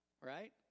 right